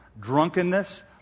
drunkenness